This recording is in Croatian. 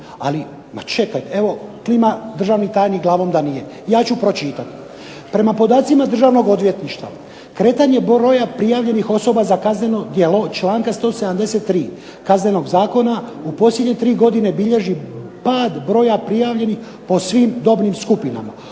za posjedovanje. Klima državni tajnik glavnom da nije. Ja ću pročitati. "Prema podacima Državnog odvjetništva kretanje broja prijavljenih osoba za kazneno djelo iz članka 173. Kaznenog zakona u posljednje 3 godine bilježi pad broja prijavljenih po svim dobnim skupinama.